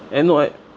and no I